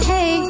Hey